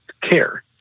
care